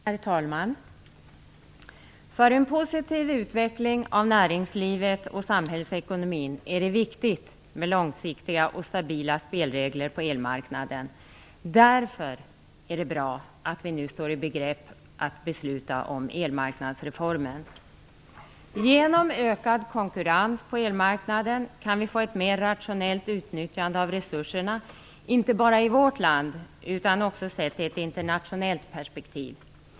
Herr talman! För en positiv utveckling av näringslivet och samhällsekonomin är det viktigt med långsiktiga och stabila spelregler på elmarknaden. Därför är det bra att vi nu står i begrepp att besluta om elmarknadsreformen. Genom ökad konkurrens på elmarknaden kan vi få ett mer rationellt utnyttjande av resurserna inte bara i vårt land utan också sett i ett internationellt perspektiv.